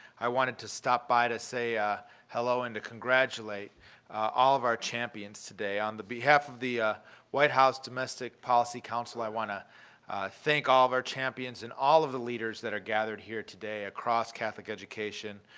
i wanted to stop by to say ah hello and to congratulate all of our champions today. on behalf of the white house domestic policy council, i want to thank all of our champions and all of the leaders that are gathered here today across catholic education.